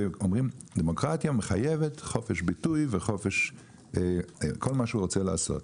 ואומרים דמוקרטיה מחייבת חופש ביטוי וחופש כל מה שהוא רוצה לעשות,